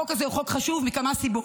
החוק הזה הוא חוק חשוב מכמה סיבות: